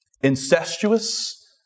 incestuous